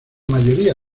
mayoría